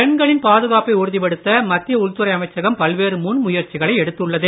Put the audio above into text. பெண்களின் பாதுகாப்பை உறுதிப்படுத்த மத்திய உள்துறை அமைச்சகம் பல்வேறு முன்முயற்சிகளை எடுத்துள்ளது